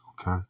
okay